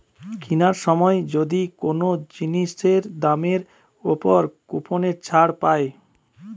কিনার সময় যদি কোন জিনিসের দামের উপর কুপনের ছাড় পায়